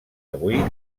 avui